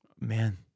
man